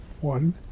one